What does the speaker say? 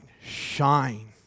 shine